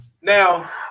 Now